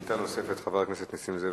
שאלה נוספת לחבר הכנסת זאב.